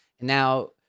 Now